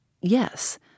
Yes